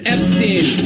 Epstein